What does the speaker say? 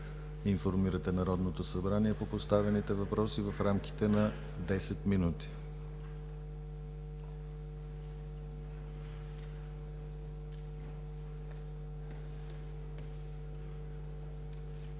Народното събрание по поставените въпроси в рамките на 10 минути.